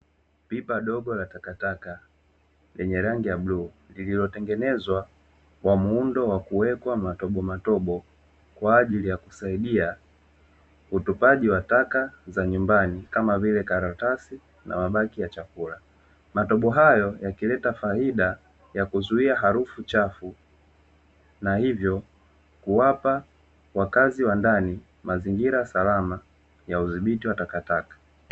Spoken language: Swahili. Pipa dogo la takataka lenye rangi ya bluu, lililotengenezwa kwa muundo wa kuwekwa matobomatobo, kwa ajili ya kusaidia utupaji wa taka za nyumbani, kama vile karatasi na mabaki ya chakula. Matobo hayo yakileta faida ya kuzuia harufu chafu, na hivyo kuwapa wakazi wa ndani mazingira salama ya udhibiti wa takataka.